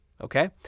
Okay